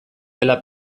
dela